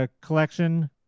collection